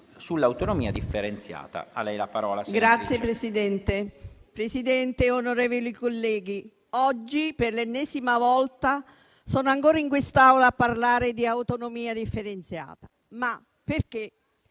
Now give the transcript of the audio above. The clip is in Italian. *(M5S)*. Signor Presidente, onorevoli colleghi, oggi, per l'ennesima volta, sono ancora in quest'Aula a parlare di autonomia differenziata, e